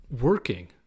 working